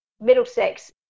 middlesex